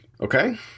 Okay